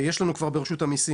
כבר יש לנו ברשות המיסים,